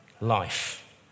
life